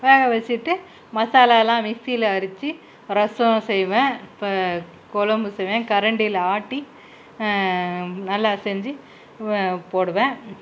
வேக வச்சுட்டு மசாலாலாம் மிக்ஸியில் அரச்சு ரசம் செய்வேன் இப்போ குழம்பு செய்வேன் கரண்டியில் ஆட்டி நல்லா செஞ்சு வ போடுவேன்